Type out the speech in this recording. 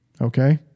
Okay